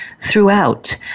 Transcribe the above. throughout